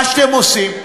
מה שאתם עושים,